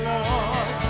Lord